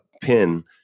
pin